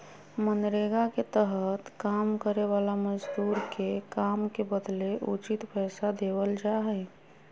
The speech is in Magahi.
मनरेगा के तहत काम करे वाला मजदूर के काम के बदले उचित पैसा देवल जा हय